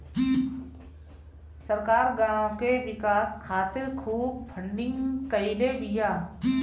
सरकार गांव के विकास खातिर खूब फंडिंग कईले बिया